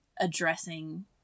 addressing